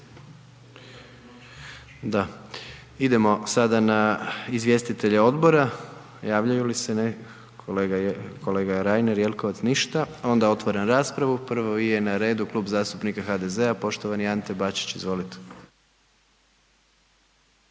Idemo sad na izvjestitelje odbora, javljaju li se? Ne. Kolega Reiner, Jelkovac, ništa. Onda otvaram raspravu, prvi je na redu Klub zastupnika HDZ-a, poštovani Ante Bačić, izvolite.